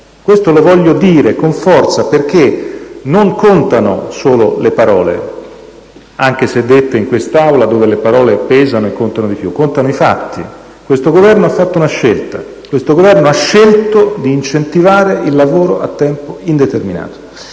Lo voglio dire con forza perché non contano solo le parole, anche se pronunciate in quest'Aula, dove le parole pesano e contano di più: contano i fatti. Questo Governo ha fatto una scelta. Questo Governo ha scelto di incentivare il lavoro a tempo indeterminato,